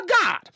God